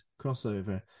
crossover